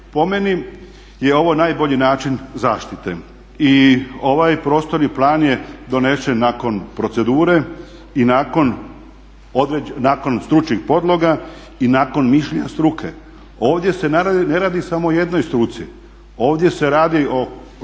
Po meni je ovo najbolji način zaštite i ovaj prostorni plan je donesen nakon procedure i nakon stručnih podloga i nakon mišljenja struke. Ovdje se ne radi samo o jednoj struci, ovdje se radi o